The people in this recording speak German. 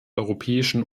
europäischen